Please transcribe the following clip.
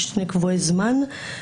יש שני קבועי זמן,